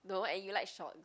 no and you like short